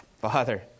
Father